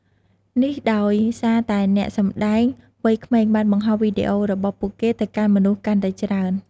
នេះដោយសារតែអ្នកសំដែងវ័យក្មេងបានបង្ហោះវីដេអូរបស់ពួកគេទៅកាន់មនុស្សកាន់តែច្រើន។